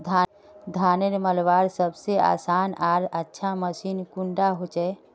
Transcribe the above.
धानेर मलवार सबसे आसान आर अच्छा मशीन कुन डा होचए?